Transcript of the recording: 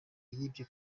yibye